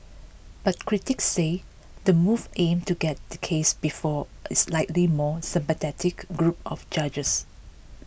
but critics said the move aimed to get the case before a likely more sympathetic group of judges